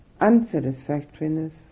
unsatisfactoriness